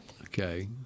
Okay